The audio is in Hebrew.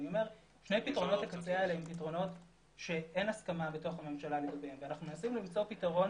אני אומר שאלה פתרונות שאין הסכמה בתוך הממשלה ואנחנו מנסים למצוא פתרון